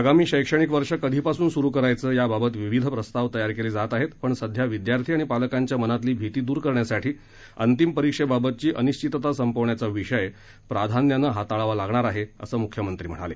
आगामी शक्तणिक वर्ष कधीपासून सुरु करायचं याबाबत विविध प्रस्ताव तयार केले जात आहेत पण सध्या विद्यार्थी आणि पालकांच्या मनातली भीती दूर करण्यासाठी अंतिम परीक्षेबाबतची अनिश्वितता संपवण्याचा विषय प्राधान्यानं हाताळावा लागणार आहे असं ते म्हणाले